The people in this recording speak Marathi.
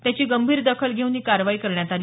त्याची गंभीर दखल घेऊन ही कारवाई करण्यात आली